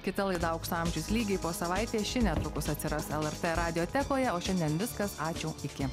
kita laida aukso amžius lygiai po savaitės ši netrukus atsiras lrt radiotekoje o šiandien viskas ačiū iki